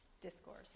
discourse